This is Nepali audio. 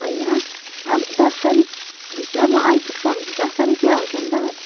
होइन अब दस तारिखभित्रमा आइपुग्छ भन्योपछि त दस तारिखै आउँछ नि त